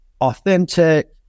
authentic